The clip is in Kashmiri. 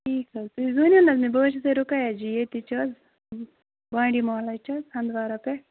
ٹھٖیک حظ تُہۍ زٲنِو نا مےٚ بہٕ حظ چھَسے رُقیہ جی ییٚتِچ حظ وانی مُحَلاہٕچ حظ ہَنٛدوارہ پٮ۪ٹھ